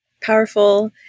powerful